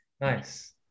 Nice